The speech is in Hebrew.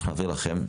ונעביר לכם.